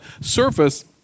surface